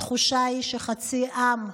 התחושה היא שחצי עם,